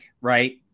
right